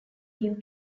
him